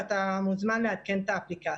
ואתה מוזמן לעדכן את האפליקציה.